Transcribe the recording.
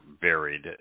varied